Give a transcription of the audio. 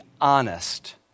honest